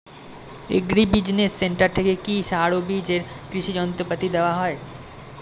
Agri business centre থেকে কি সার ও বিজ এবং কৃষি যন্ত্র পাতি দেওয়া হয়?